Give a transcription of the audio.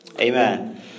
Amen